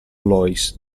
lois